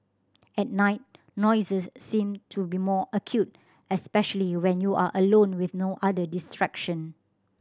at night noises seem to be more acute especially when you are alone with no other distraction